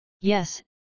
Yes